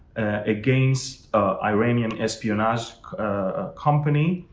against iranian espionage ah company,